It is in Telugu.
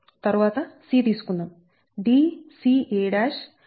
తరువాత c తీసుకుందాం Dca Dcb